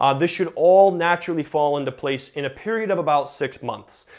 um this should all naturally fall into place in a period of about six months.